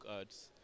ads